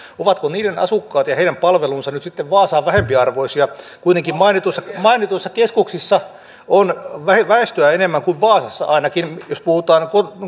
ovatko niiden asukkaat ja heidän palvelunsa nyt sitten vaasaa vähempiarvoisia kuitenkin mainituissa mainituissa keskuksissa on väestöä enemmän kuin vaasassa ainakin jos puhutaan